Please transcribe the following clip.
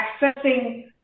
accessing